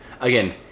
again